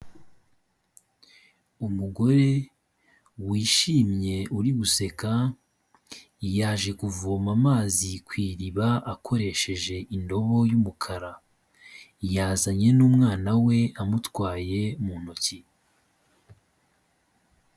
Umugore wishimye uri guseka, yaje kuvoma amazi ku iriba, akoresheje indobo y'umukara, yazanye n'umwana we amutwaye mu ntoki.